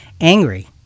angry